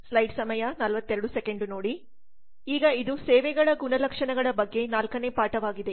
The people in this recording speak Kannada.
ಈಗ ಇದು ಸೇವೆಗಳ ಗುಣಲಕ್ಷಣಗಳ ಬಗ್ಗೆ 4 ನೇ ಪಾಠವಾಗಿದೆ